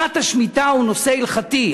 שנת השמיטה היא נושא הלכתי.